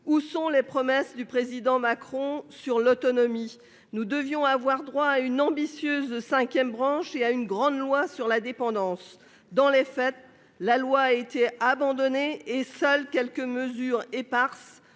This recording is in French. Où sont les promesses du président Macron sur l'autonomie ? Nous aurions dû avoir droit à une ambitieuse cinquième branche et à une grande loi sur la dépendance. Dans les faits, la loi a été abandonnée et seules quelques mesures éparses